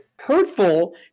hurtful